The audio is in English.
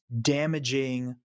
damaging